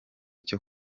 cyo